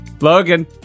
Logan